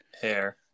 hair